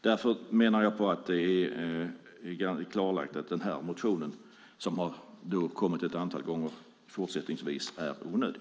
Jag menar att det är klarlagt att den här motionen, som nu har väckts ett antal gånger, fortsättningsvis är onödig.